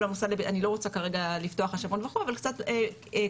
אני לא רוצה כרגע לפתוח האשמות וכו' אבל קצת קושי